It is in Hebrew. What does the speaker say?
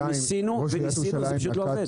ניסינו וניסינו, וזה פשוט לא עובד.